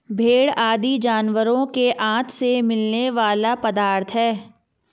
भेंड़ आदि जानवरों के आँत से मिलने वाला पदार्थ है